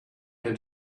had